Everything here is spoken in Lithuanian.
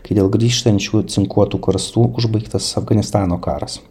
kai dėl grįžtančių cinkuotų karstų užbaigtas afganistano karas